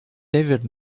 david